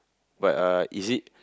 but uh is it